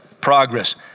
progress